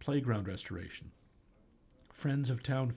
playground restoration friends of town